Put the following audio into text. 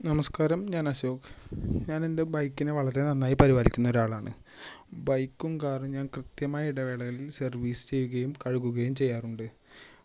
നമസ്കാരം ഞാൻ അശോക് ഞാൻ എൻ്റെ ബൈക്കിനെ വളരെ നന്നായി പരിപാലിക്കുന്ന ഒരാളാണ് ബൈക്കും കാറും ഞാൻ കൃത്യമായ ഇടവേളകളിൽ സർവീസ് ചെയ്യുകയും കഴുകുകയും ചെയ്യാറുണ്ട്